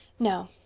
no,